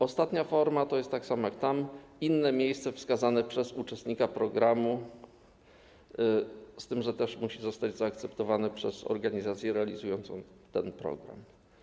Ostatnią formą jest inne miejsce wskazane przez uczestnika programu, z tym że też musi zostać zaakceptowane przez organizację realizującą ten program.